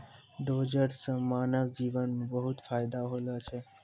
dozer सें मानव जीवन म बहुत फायदा होलो छै